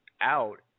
out